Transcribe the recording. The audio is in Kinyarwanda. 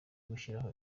gushyiraho